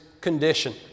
condition